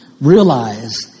realize